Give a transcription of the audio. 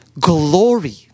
glory